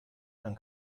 dann